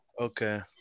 Okay